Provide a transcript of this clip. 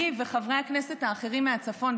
אני וחברי הכנסת האחרים מהצפון,